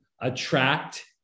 attract